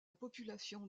population